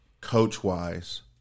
coach-wise